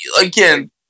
again